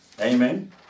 Amen